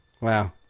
Wow